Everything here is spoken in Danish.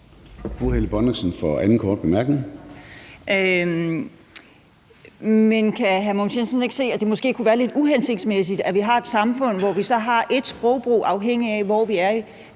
Helle Bonnesen (KF): Men kan hr. Mogens Jensen ikke se, at det måske kunne være lidt uhensigtsmæssigt, at vi har et samfund, hvor vi så har et sprogbrug, afhængigt af hvilken